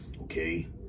Okay